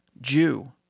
Jew